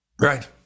Right